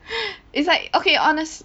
it's like okay honest